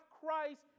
Christ